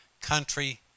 country